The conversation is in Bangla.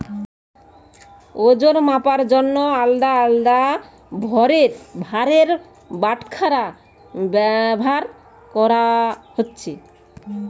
ওজন মাপার জন্যে আলদা আলদা ভারের বাটখারা ব্যাভার কোরা হচ্ছে